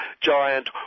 giant